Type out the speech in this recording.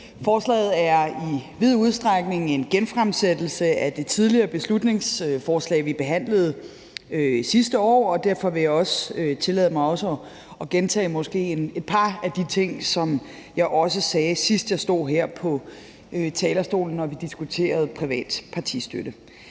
Forslaget er i vid udstrækning en genfremsættelse af det tidligere beslutningsforslag, vi behandlede sidste år, og derfor vil jeg også tillade mig at gentage måske et par af de ting, som jeg også sagde sidst, jeg stod her på talerstolen, da vi diskuterede privat partistøtte.